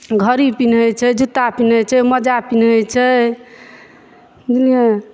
घडी पीन्हैत छै जूता पीन्हैत छै मोजा पीन्हैत छै बुझलियै